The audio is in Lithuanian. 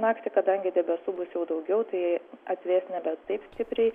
naktį kadangi debesų bus jau daugiau tai atvės nebe taip stipriai